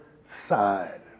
side